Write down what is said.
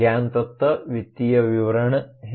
ज्ञान तत्व वित्तीय विवरण है